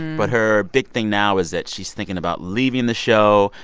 but her big thing now is that she's thinking about leaving the show.